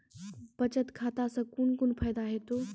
बचत खाता सऽ कून कून फायदा हेतु?